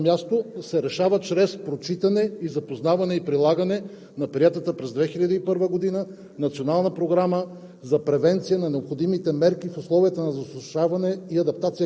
видите ли, в последните години изведнъж се излива дъжд неочаквано на едно място, да се решава чрез отчитане, запознаване и прилагане на приетата през 2001 г. Национална програма